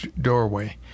doorway